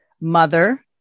mother